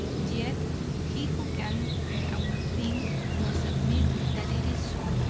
yet he who can and will think must admit that it is so,